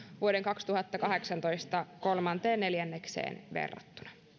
vuoden kaksituhattakahdeksantoista kolmanteen neljännekseen verrattuna